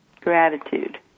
Gratitude